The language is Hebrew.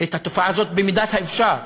את התופעה הזו במידת האפשר.